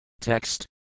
Text